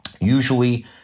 usually